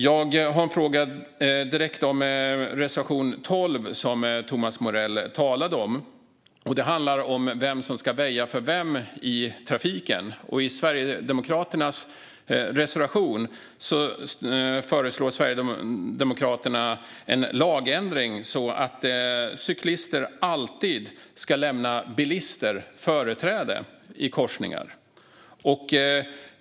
Jag har en direkt fråga om reservation 12, som Thomas Morell talade om. Det handlar om vem som ska väja för vem i trafiken. I Sverigedemokraternas reservation föreslår de en lagändring som innebär att cyklister alltid ska lämna bilister företräde i korsningar.